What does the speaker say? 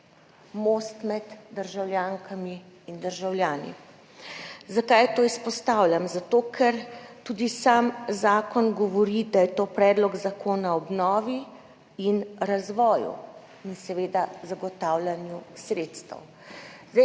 most med državljankami in državljani. Zakaj to izpostavljam? Zato ker tudi sam zakon govori, da je to predlog zakona o obnovi in razvoju in seveda zagotavljanju sredstev. Zelo